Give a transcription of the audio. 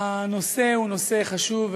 הנושא הוא נושא חשוב,